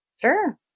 Sure